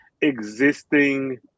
existing